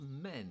men